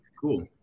cool